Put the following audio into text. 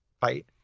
fight